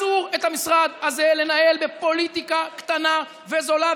את המשרד הזה אסור לנהל בפוליטיקה קטנה וזולה,